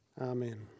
Amen